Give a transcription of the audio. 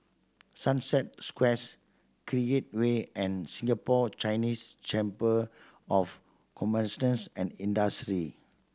Sunset Squares Create Way and Singapore Chinese Chamber of and Industry